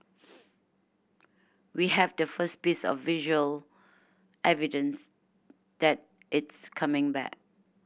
we have the first piece of visual evidence that it's coming back